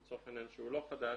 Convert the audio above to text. לצורך העניין שהוא לא חדש,